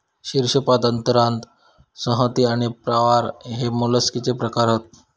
शीर्शपाद अंतरांग संहति आणि प्रावार हे मोलस्कचे प्रकार हत